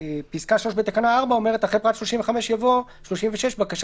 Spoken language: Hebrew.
פסקה (3) בתקנה 4 אומרת: אחרי פרט 35 יבוא: 36. בקשה